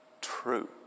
True